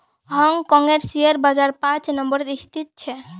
हांग कांगेर शेयर बाजार पांच नम्बरत स्थित छेक